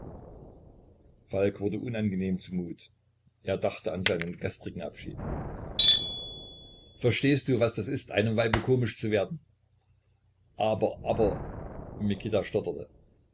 falk wurde unangenehm zu mut er dachte an seinen gestrigen abschied verstehst du was das ist einem weibe komisch zu werden aber aber mikita stotterte